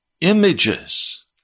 images